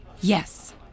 Yes